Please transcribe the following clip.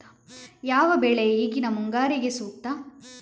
ಯಾವ ಬೆಳೆ ಈಗಿನ ಮುಂಗಾರಿಗೆ ಸೂಕ್ತ?